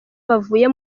bavuye